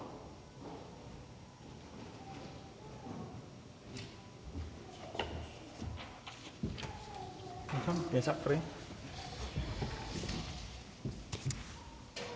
For er det